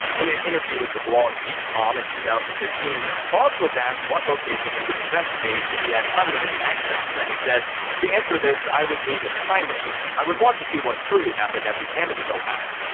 in an interview with the blog geek mom in two thousand and fifteen, hawes was asked what location he would investigate, if he had unlimited access, and he said to answer this, i would need a time machine. i would want to see what truly happened at the amityville house.